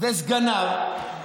וסגניו.